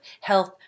health